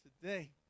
today